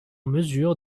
mesure